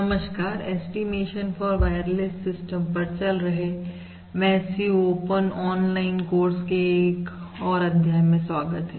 नमस्कार estimation for wireless system पर चल रहे मैसिव ओपन ऑनलाइन कोर्स के एक और अध्याय में स्वागत है